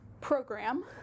program